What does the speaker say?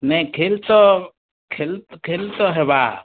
ନାଇଁ ଖେଲ୍ ତ ଖେଲ୍ ଖେଲ୍ ତ ହେବା